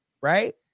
right